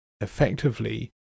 effectively